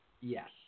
Yes